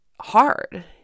hard